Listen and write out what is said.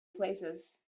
places